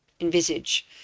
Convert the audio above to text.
envisage